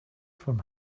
from